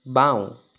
বাওঁ